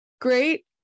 Great